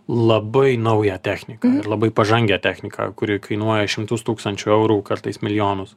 labai naują techniką ir labai pažangią techniką kuri kainuoja šimtus tūkstančių eurų kartais milijonus